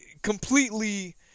Completely